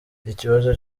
ikibazo